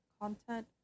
content